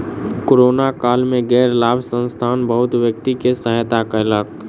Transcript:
corona काल में गैर लाभ संस्थान बहुत व्यक्ति के सहायता कयलक